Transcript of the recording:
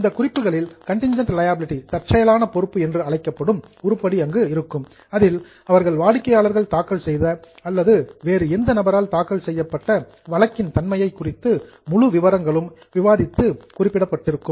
இந்த குறிப்புகளில் contingent liability தற்செயலான பொறுப்பு என்று அழைக்கப்படும் உருப்படி அங்கு இருக்கும் அதில் அவர்கள் வாடிக்கையாளர் தாக்கல் செய்த அல்லது வேறு எந்த நபரால் தாக்கல் செய்யப்பட்ட வழக்கின் தன்மை குறித்து முழு விவரங்களும் விவாதித்து குறிப்பிடப்பட்டிருக்கும்